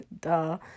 duh